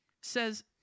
Says